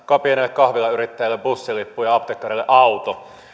pienelle kahvilayrittäjälle bussilippu ja apteekkarille auto